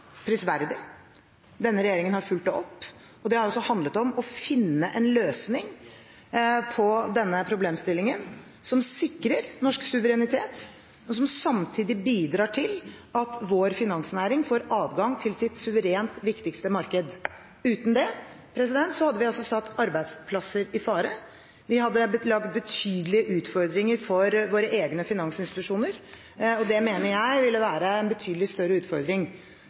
prisverdig. Denne regjeringen har fulgt det opp, og det har handlet om å finne en løsning på denne problemstillingen som sikrer norsk suverenitet, og som samtidig bidrar til at vår finansnæring får adgang til sitt suverent viktigste marked. Uten det hadde vi satt arbeidsplasser i fare. Vi hadde laget betydelige utfordringer for våre egne finansinstitusjoner. Det mener jeg ville være en betydelig større utfordring.